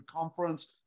conference